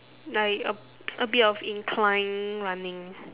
like a a bit of inclined running